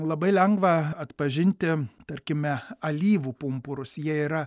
labai lengva atpažinti tarkime alyvų pumpurus jie yra